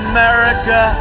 America